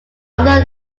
other